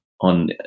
on